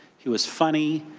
he was funny.